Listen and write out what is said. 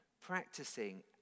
practicing